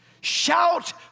Shout